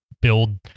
build